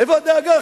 איפה הדאגה,